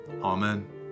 Amen